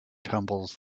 tumbles